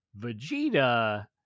Vegeta